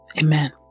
Amen